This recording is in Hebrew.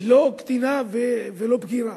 לא קטינה ולא בגירה.